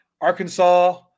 Arkansas